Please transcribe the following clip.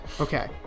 okay